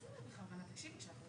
יש כאן